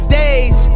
days